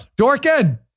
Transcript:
Dorkin